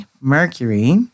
Mercury